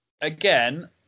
again